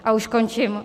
A už končím.